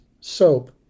soap